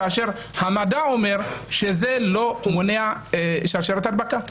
כאשר המדע אומר שזה לא מונע את שרשרת ההדבקה.